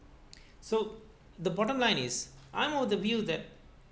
so the bottom line is I'm of the view that